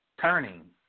turning